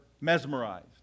mesmerized